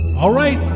alright,